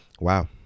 wow